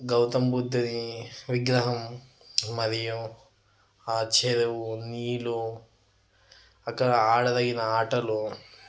గౌతమ్ బుద్ధుని విగ్రహం మరియు ఆ చెరువు నీళ్లు అక్కడ ఆడదగిన ఆటలు